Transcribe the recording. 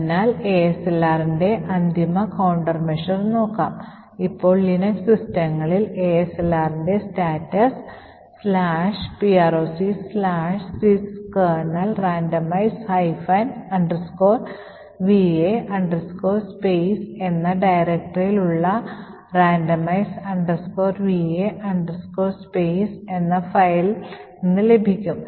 അതിനാൽ ASLRന്റെ അന്തിമ കൌണ്ടർമെഷർ നോക്കാം ഇപ്പോൾ ലിനക്സ് സിസ്റ്റങ്ങളിലെ ASLRന്റെ status procsys kernel randomize va space എന്ന ഡയറക്ടറിയിൽ ഉള്ള randomize va space എന്ന ഫയൽ നിന്ന് ലഭിക്കും